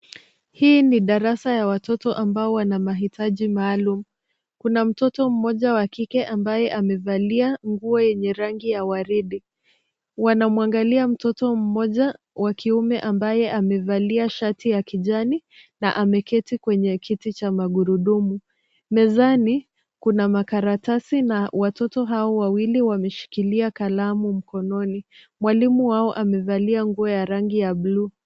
Hii ni darasa ya watoto ambao wana mahitaji maalum. Kuna mtoto mmoja wa kike ambaye amevalia nguo yenye rangi ya waridi. Wanamwangalia mtoto mmoja wa kiume ambaye amevalia shati ya kijani na ameketi kwenye kiti cha magurudumu. Mezani, kuna makaratasi na watoto hao wawili wameshikilia kalamu mkononi. Mwalimu wao amevalia nguo ya rangi ya buluu.